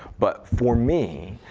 but for me,